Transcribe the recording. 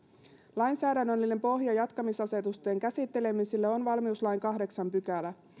lainsäädännöllinen pohja jatkamisasetusten käsittelemiselle on valmiuslain kahdeksas pykälä